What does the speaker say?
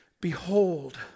behold